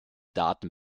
daten